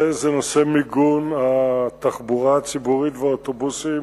חבר הכנסת אורי אריאל